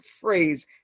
phrase